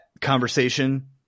conversation